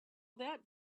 that